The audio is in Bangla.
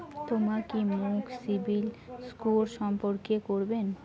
তমা কি মোক সিবিল স্কোর সম্পর্কে কবেন?